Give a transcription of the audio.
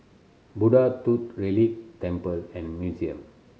Buddha Tooth Relic Temple and Museum